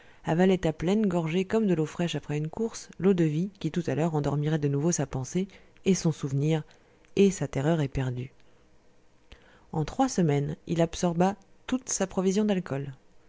l'air avalait à pleines gorgées comme de l'eau fraîche après une course l'eau-de-vie qui tout à l'heure endormirait de nouveau sa pensée et son souvenir et sa terreur éperdue en trois semaines il absorba toute sa provision d'alcool